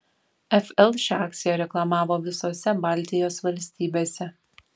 fl šią akciją reklamavo visose baltijos valstybėse